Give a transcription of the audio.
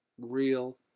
real